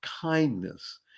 kindness